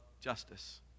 justice